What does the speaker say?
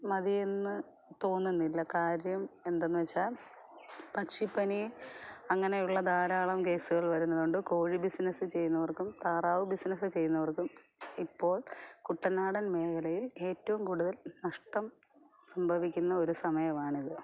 മതിയെന്ന് തോന്നുന്നില്ല കാര്യം എന്തെന്ന് വച്ചാൽ പക്ഷിപ്പനി അങ്ങനെയുള്ള ധാരാളം കേസുകൾ വരുന്നത് കൊണ്ട് കോഴി ബിസ്നസ്സ് ചെയ്യുന്നവർക്കും താറാവ് ബിസ്നസ്സ് ചെയ്യുന്നവർക്കും ഇപ്പോൾ കുട്ടനാടൻ മേഖലയിൽ ഏറ്റവും കൂടുതൽ നഷ്ടം സംഭവിക്കുന്ന ഒരു സമയം ആണ് ഇത്